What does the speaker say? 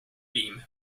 beam